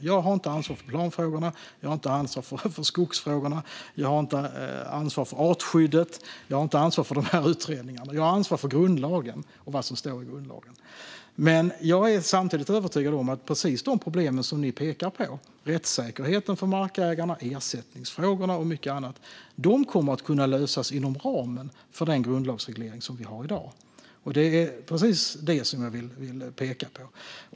Jag har inte ansvar för planfrågorna, skogsfrågorna, artskyddet eller utredningarna. Jag har ansvar för vad som står i grundlagen. Men jag är samtidigt övertygad om att de problem som ni pekar på, nämligen rättssäkerheten för markägarna, ersättningsfrågorna och annat kommer att lösas inom ramen för den grundlagsreglering som finns i dag. Det är precis det jag vill peka på.